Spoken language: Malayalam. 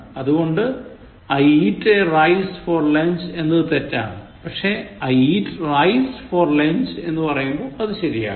അതുകൊണ്ട് I eat a rice for lunch എന്നത് തെറ്റാണ് പക്ഷേ I eat rice for lunch എന്ന് പറയുമ്പോൾ അത് ശരിയാകും